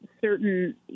certain